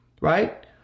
right